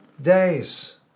days